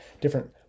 different